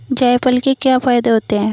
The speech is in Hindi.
जायफल के क्या फायदे होते हैं?